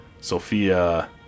Sophia